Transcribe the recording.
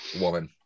woman